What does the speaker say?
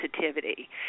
sensitivity